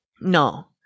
No